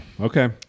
Okay